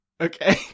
Okay